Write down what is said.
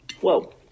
whoa